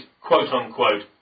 quote-unquote